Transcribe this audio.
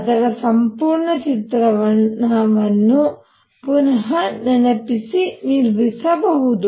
ಅದರ ಸಂಪೂರ್ಣ ಚಿತ್ರವನ್ನು ಪುನ ನೆನಪಿಸಿ ನಿರ್ಮಿಸಬಹುದು